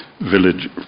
village